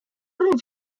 rend